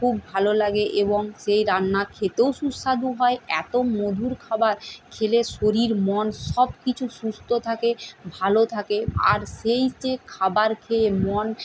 খুব ভালো লাগে এবং সেই রান্না খেতেও সুস্বাদু হয় এতো মধুর খাবার খেলে শরীর মন সব কিছু সুস্থ থাকে ভালো থাকে আর সেই যে খাবার খেয়ে মন